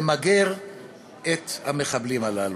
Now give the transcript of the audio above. למגר את המחבלים הללו?